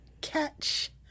Catch